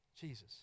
Jesus